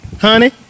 honey